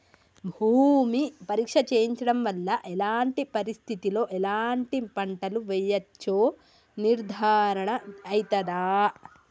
భూమి పరీక్ష చేయించడం వల్ల ఎలాంటి పరిస్థితిలో ఎలాంటి పంటలు వేయచ్చో నిర్ధారణ అయితదా?